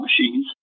machines